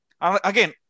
Again